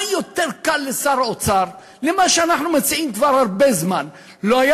מה יותר קל לשר האוצר ממה שאנחנו מציעים כבר הרבה זמן?